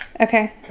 okay